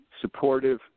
supportive